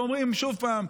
ואומרים עוד פעם: